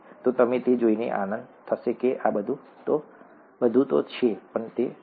તો તમે તે જોઈને આનંદ થશે કે આ બધું શું છે ઠીક છે